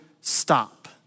stop